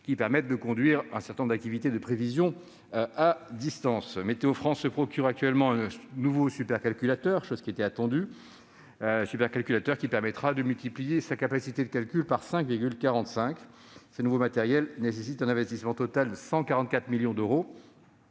qui permettent désormais de conduire un certain nombre de tâches de prévision à distance. Météo-France se procure actuellement un nouveau supercalculateur. Ce nouveau matériel, qui était attendu, permettra de multiplier sa capacité de calcul par 5,45. Il nécessite un investissement total de 144 millions d'euros